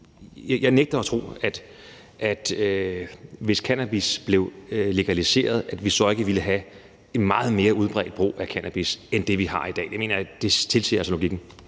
Jeg nægter at tro, at vi, hvis cannabis blev legaliseret, så ikke ville have en meget mere udbredt brug af cannabis end det, vi har i dag. Det mener jeg altså at logikken